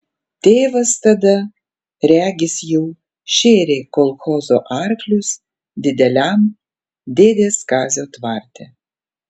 tėvas tada regis jau šėrė kolchozo arklius dideliam dėdės kazio tvarte